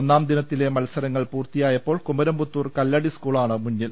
ഒന്നാം ദിനത്തിലെ മത്സരങ്ങൾ പൂർത്തിയായപ്പോൾ കുമരംപുത്തൂർ കല്പടി സ്ക്കൂളാണ് മുന്നിൽ